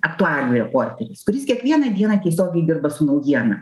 aktualijų reporteris kuris kiekvieną dieną tiesiogiai dirba su naujiena